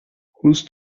whose